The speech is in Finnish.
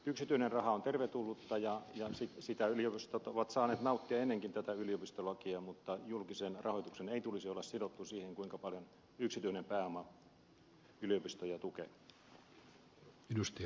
yksityinen raha on tervetullutta ja sitä yliopistot ovat saaneet nauttia ennen tätä yliopistolakiakin mutta julkisen rahoituksen ei tulisi olla sidottu siihen kuinka paljon yksityinen pääoma yliopistoja tukee